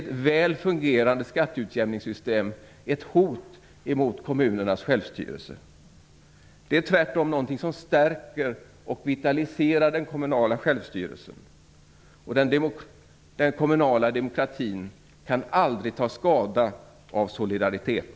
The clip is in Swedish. Ett väl fungerande system för skatteutjämning är inte ett hot mot kommunernas självstyrelse, utan det är tvärtom någonting som stärker och vitaliserar den kommunala självstyrelsen. Och den kommunala demokratin kan aldrig ta skada av solidaritet.